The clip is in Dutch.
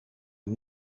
een